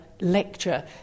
lecture